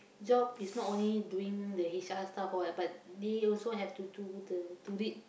job is not only doing the H_R stuff [what] but they also have to do the to read